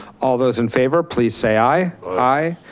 all those in favor, please say aye. aye.